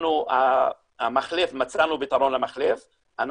מצאנו פתרון למחלף,